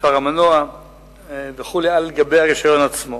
מספר המנוע וכו' על גבי הרשיון עצמו.